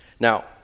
Now